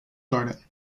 garden